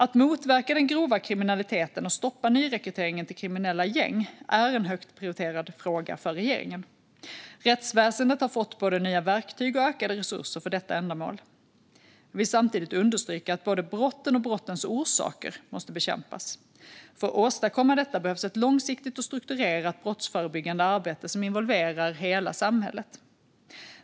Att motverka den grova kriminaliteten och stoppa nyrekryteringen till kriminella gäng är en högt prioriterad fråga för regeringen. Rättsväsendet har fått både nya verktyg och ökade resurser för detta ändamål. Jag vill samtidigt understryka att både brotten och brottens orsaker måste bekämpas. För att åstadkomma detta behövs ett långsiktigt och strukturerat brottsförebyggande arbete som involverar hela samhället.